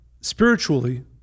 spiritually